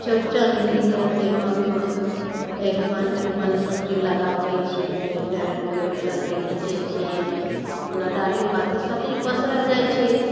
चौरचन होइए ताहिमे हम अरिपन तरिपन सबचीज लगाबै छी डाँढ़ि डूरि सबचीज घिचै छी डाली पाती सबचीज पसरल जाए छै